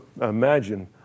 imagine